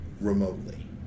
remotely